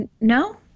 No